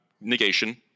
negation